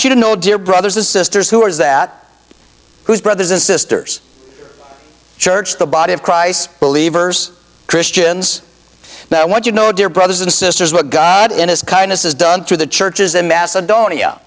you know dear brothers and sisters who are that whose brothers and sisters church the body of christ believers christians now what you know dear brothers and sisters what god in his kindness has done through the churches in macedonia